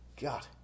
God